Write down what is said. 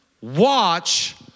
watch